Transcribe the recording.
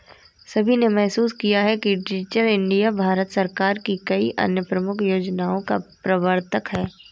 सभी ने महसूस किया है कि डिजिटल इंडिया भारत सरकार की कई अन्य प्रमुख योजनाओं का प्रवर्तक है